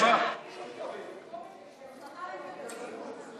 12) (הארכת התקופה למתן עדיפות למשק הלול במרום-הגליל),